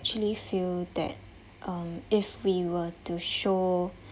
actually feel that um if we were to show